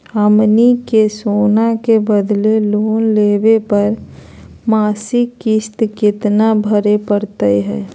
हमनी के सोना के बदले लोन लेवे पर मासिक किस्त केतना भरै परतही हे?